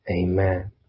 Amen